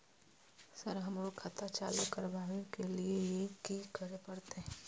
Sir हमरो खाता चालू करबाबे के ली ये की करें परते?